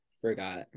forgot